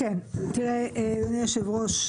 אדוני היושב-ראש,